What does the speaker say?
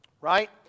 Right